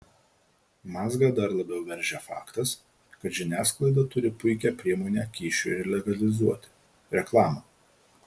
mazgą dar labiau veržia faktas kad žiniasklaida turi puikią priemonę kyšiui legalizuoti reklamą